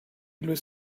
luis